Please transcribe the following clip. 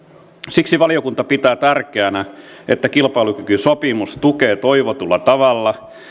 siksi valiokunta pitää tärkeänä että kilpailukykysopimus tukee toivotulla tavalla